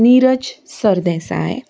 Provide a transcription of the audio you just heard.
Niraj Sardesai